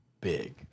big